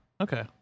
okay